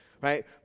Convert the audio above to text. right